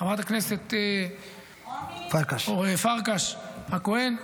חברת הכנסת פרקש הכהן.